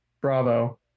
Bravo